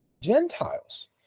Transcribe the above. Gentiles